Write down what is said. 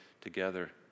together